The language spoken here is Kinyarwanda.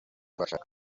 bashaka